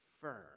firm